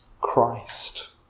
Christ